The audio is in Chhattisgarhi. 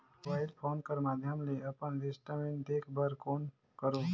मोबाइल फोन कर माध्यम ले अपन स्टेटमेंट देखे बर कौन करों?